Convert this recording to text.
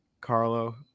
Carlo